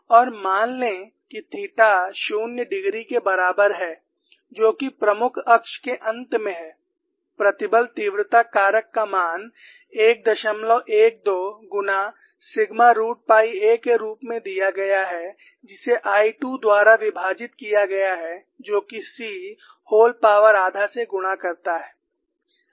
और मान लें कि थीटा 0 डिग्री के बराबर है जो कि प्रमुख अक्ष के अंत में है प्रतिबल तीव्रता कारक का मान 112 गुना सिग्मा रूट पाई a के रूप में दिया गया है जिसे I 2 द्वारा विभाजित किया गया है जो कि c व्होल पावर आधा से गुणा करता है